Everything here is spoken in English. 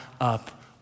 up